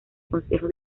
consejo